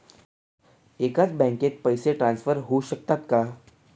एकाच बँकेत पैसे ट्रान्सफर होऊ शकतात का?